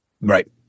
Right